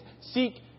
seek